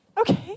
okay